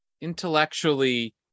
intellectually